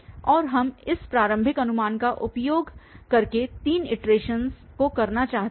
और हम इस प्रारंभिक अनुमान का उपयोग करके तीन इटरेशनस को करना चाहते हैं